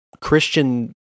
Christian